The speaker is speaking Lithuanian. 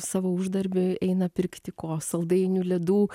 savo uždarbį eina pirkti ko saldainių ledų